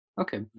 Okay